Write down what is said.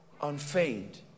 Unfeigned